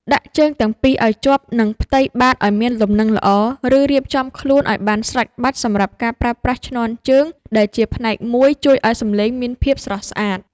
ដាក់ជើងទាំងពីរឱ្យជាប់នឹងផ្ទៃបាតឱ្យមានលំនឹងល្អ ឬរៀបចំខ្លួនឱ្យបានស្រេចបាច់សម្រាប់ការប្រើប្រាស់ឈ្នាន់ជើងដែលជាផ្នែកមួយជួយឱ្យសម្លេងមានភាពស្រស់ស្អាត។